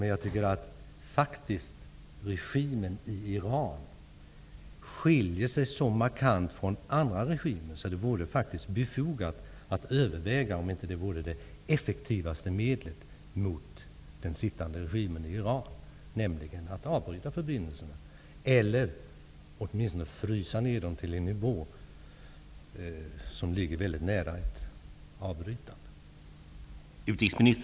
Men regimen i Iran skiljer sig faktiskt så markant från andra regimer att det vore befogat att överväga om inte det effektivaste medlet vore att avbryta eller åtminstone frysa ned förbindelserna till en nivå som ligger väldigt nära ett avbrytande.